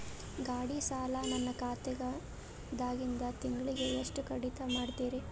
ಗಾಢಿ ಸಾಲ ನನ್ನ ಖಾತಾದಾಗಿಂದ ತಿಂಗಳಿಗೆ ಎಷ್ಟು ಕಡಿತ ಮಾಡ್ತಿರಿ?